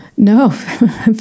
No